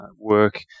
work